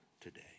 today